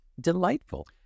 Delightful